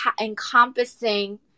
encompassing